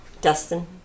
Dustin